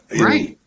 Right